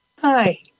Hi